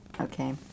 Okay